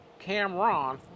Camron